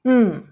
mm